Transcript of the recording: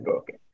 okay